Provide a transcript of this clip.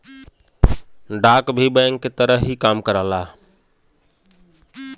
डाक भी बैंक के तरह ही काम करेला